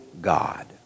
God